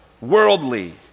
worldly